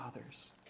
others